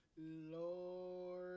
lord